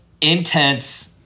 intense